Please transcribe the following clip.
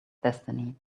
destiny